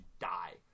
die